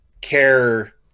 care